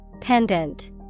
Pendant